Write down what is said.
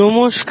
নমস্কার